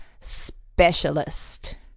specialist